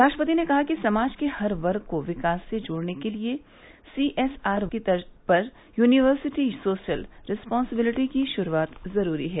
राष्ट्रपति ने कहा कि समाज के हर वर्ग को विकास से जोड़ने के लिये सीएसआर की तर्ज़ पर यूनिवर्सिटी सोशल रिसपॉन्सेबिलिटी की शुरूआत ज़रूरी है